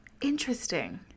Interesting